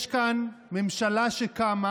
יש כאן ממשלה שקמה